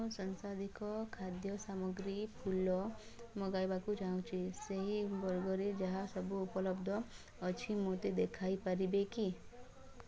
ମୁଁ ସଂସାଧିକ ଖାଦ୍ୟ ସାମଗ୍ରୀ ଫୁଲ ମଗାଇବାକୁ ଚାହୁଁଛି ସେହି ବର୍ଗରେ ଯାହା ସବୁ ଉପଲବ୍ଧ ଅଛି ମୋତେ ଦେଖାଇ ପାରିବେ କି